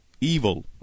evil